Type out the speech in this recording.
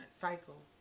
cycle